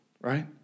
right